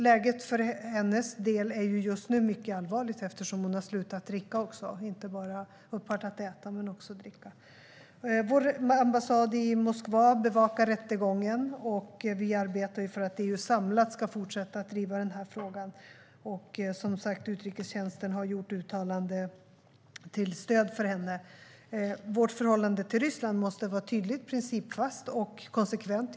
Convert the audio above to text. Läget för Nadija Savtjenkos del är just nu mycket allvarligt eftersom hon också har slutat att dricka, inte bara upphört med att äta. Vår ambassad i Moskva bevakar rättegången, och vi arbetar för att EU samlat ska fortsätta att driva frågan. Utrikestjänsten har gjort uttalanden till stöd för Nadija Savtjenko. Vårt förhållande till Ryssland måste vara tydligt, principfast och konsekvent.